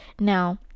now